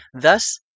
Thus